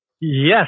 Yes